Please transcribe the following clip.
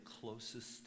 closest